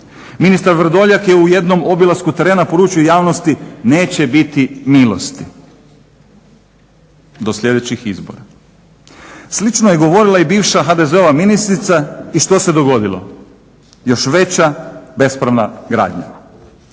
Ministar Vrdoljak je u jednom obilasku terena poručio javnosti neće biti milosti, do sljedećih izbora. Slično je govorila i bivša HDZ-ova ministrica i što se dogodilo, još veća bespravna gradnja.